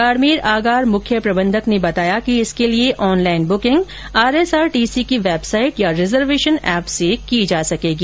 बाड़मेर आगार मुख्य प्रबंधक ने बताया कि इसके लिए ऑनलाइन बुकिंग आरएसआरटीसी की वेबसाइट या रिजर्वेशन ऐप से की जा सकेगी